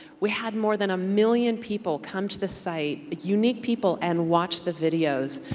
we had more than a million people come to the site unique people and watch the videos.